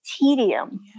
tedium